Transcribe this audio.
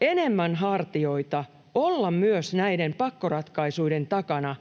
enemmän hartioita olla myös näiden pakkoratkaisujen takana,